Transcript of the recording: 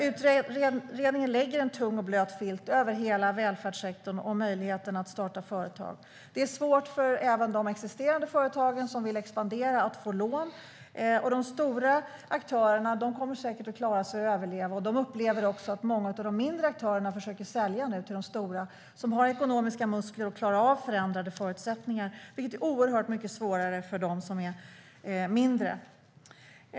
Utredningen lägger en tung och blöt filt över hela välfärdssektorn och möjligheterna att starta företag. Det är svårt även för de existerande företag som vill expandera att få lån. De stora aktörerna kommer säkert att klara sig och överleva. De upplever också att många av de mindre aktörerna nu försöker sälja till de stora, som har ekonomiska muskler att klara av förändrade förutsättningar, vilket är oerhört mycket svårare för dem som är mindre.